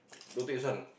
don't take sun